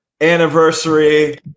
anniversary